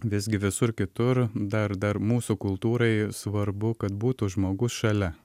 visgi visur kitur dar dar mūsų kultūrai svarbu kad būtų žmogus šalia